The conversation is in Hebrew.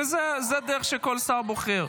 וזו הדרך שכל שר בוחר.